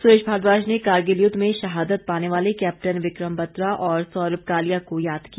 सुरेश भारद्वाज ने कारगिल युद्ध में शहादत पाने वाले कैप्टन विक्रम बत्रा और सौरभ कालिया को याद किया